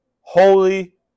Holy